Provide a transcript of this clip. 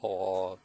orh